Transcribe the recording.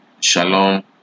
Shalom